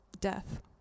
death